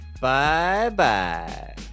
Bye-bye